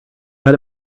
but